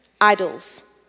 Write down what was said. idols